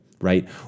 right